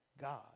God